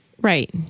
Right